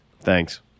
Thanks